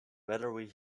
valerie